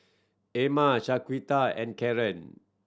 Erma Shaquita and Karren